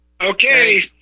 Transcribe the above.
Okay